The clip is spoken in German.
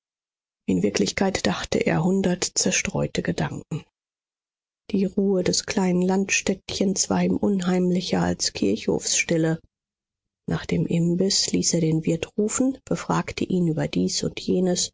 in wirklichkeit dachte er hundert zerstreute gedanken die ruhe des kleinen landstädtchens war ihm unheimlicher als kirchhofsstille nach dem imbiß ließ er den wirt rufen befragte ihn über dies und jenes